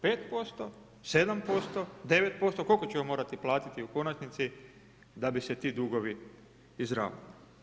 5%, 7%, 9%, koliko ćemo morati platiti u konačnici da bi se ti dugovi izravnali?